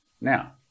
Now